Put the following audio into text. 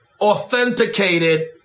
authenticated